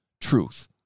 Truth